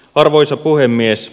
arvoisa puhemies